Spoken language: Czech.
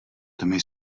tmy